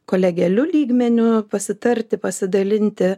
kolegialiu lygmeniu pasitarti pasidalinti